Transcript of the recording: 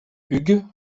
hugues